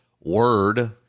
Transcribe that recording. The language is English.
word